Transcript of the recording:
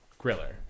griller